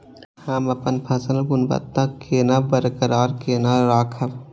हम अपन फसल गुणवत्ता केना बरकरार केना राखब?